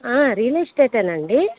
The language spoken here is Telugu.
రియల్ ఎస్టేటేనా అండి